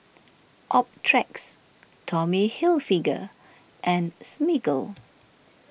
Optrex Tommy Hilfiger and Smiggle